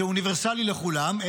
אוניברסלי לכולם,